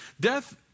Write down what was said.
death